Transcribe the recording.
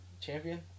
Champion